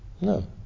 No